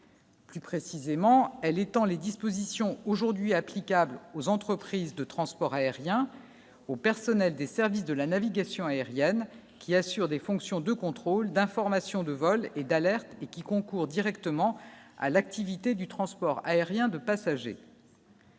Plus précisément, elle étend les dispositions aujourd'hui applicable aux entreprises de transport aérien aux personnels des services de la navigation aérienne qui assure des fonctions de contrôle d'information de vol et d'alerte et qui concourent directement à l'activité du transport aérien de passagers.